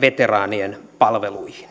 veteraanien palveluihin